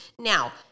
Now